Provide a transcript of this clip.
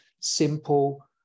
simple